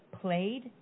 played